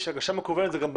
הגשה מקוונת זה גם במייל.